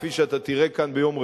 כפי שאתה תראה כאן ביום רביעי,